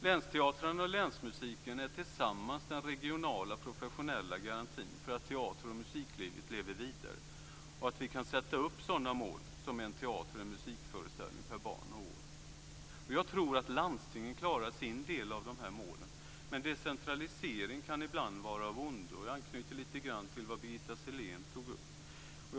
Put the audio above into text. Länsteatrarna och länsmusiken är tillsammans den regionala professionella garantin för att teater och musiklivet lever vidare och att vi kan sätta upp sådana mål som en teater och en musikföreställning per barn och år. Jag tror att landstingen klarar sin del av de målen, men decentralisering kan ibland vara av ondo - jag anknyter lite grann till vad Birgitta Sellén tog upp.